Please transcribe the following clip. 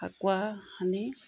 Phakuwa Sunny